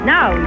Now